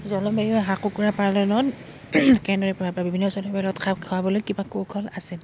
জলবায়ুৱে হাঁহ কুকুৰা পালনত কেনেদৰে প্ৰভাৱ পেলাই বিভিন্ন জলবায়ুৰ লগত খাপ খুৱাবলৈ কিবা কৌশল আছে নেকি